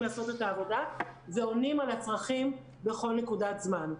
לעשות את העבודה ועונים על הצרכים בכל נקודת זמן.